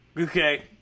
okay